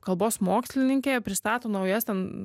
kalbos mokslininkė pristato naujas ten